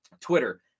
Twitter